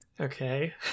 Okay